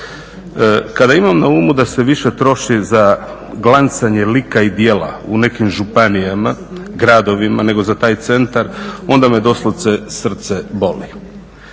Kada imam na umu da se više troši za glancanje lika i djela u nekim županijama, gradovima nego za taj centar onda me doslovce srce boli.